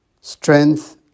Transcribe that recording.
strength